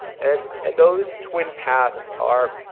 and and those twin paths are